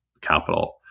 capital